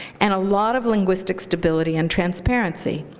and a lot of linguistic stability and transparency.